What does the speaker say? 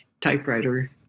typewriter